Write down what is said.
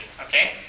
Okay